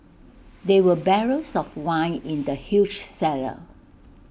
there were barrels of wine in the huge cellar